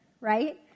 right